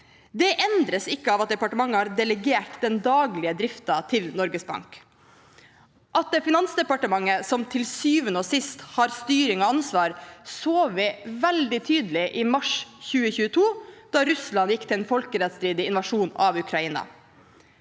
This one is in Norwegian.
Dette endres ikke av at departementet har delegert den daglige driften til Norges Bank. At det er Finansdepartementet som til syvende og sist har styring og ansvar, så vi veldig tydelig i mars 2022 etter at Russland gikk til en folkerettsstridig invasjon av Ukraina.